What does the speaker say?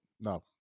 No